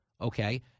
Okay